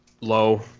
Low